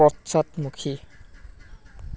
পশ্চাদমুখী